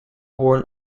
worn